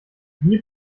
wie